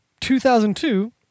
2002